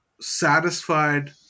satisfied